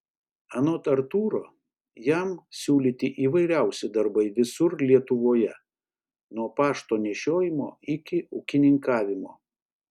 anot artūro jam siūlyti įvairiausi darbai visur lietuvoje nuo pašto nešiojimo iki ūkininkavimo